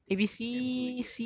that is damn good already eh